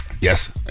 Yes